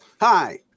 Hi